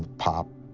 pop.